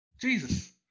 Jesus